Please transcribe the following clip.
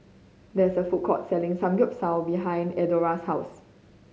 there is a food court selling Samgeyopsal behind Eldora's house